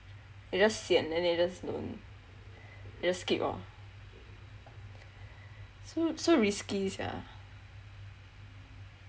they just sian they they just don't they just skip lor so so risky sia